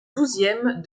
douzième